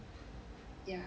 yeah